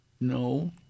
No